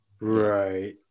Right